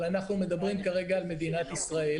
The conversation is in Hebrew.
אבל אנחנו מדברים כרגע על מדינת ישראל,